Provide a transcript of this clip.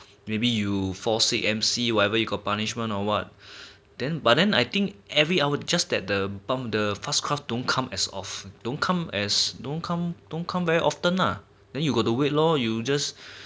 maybe you fall sick M_C whatever you got punishment or what then but then I think every hour just that the bum the fast craft don't come as of don't come as don't come don't come very often lah then you got to wait lor you just